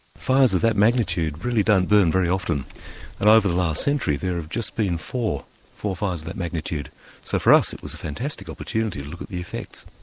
fires of that magnitude really don't burn very often and over the last century there have just been four four fires of that magnitude so for us it was a fantastic opportunity to look at the effects.